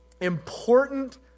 important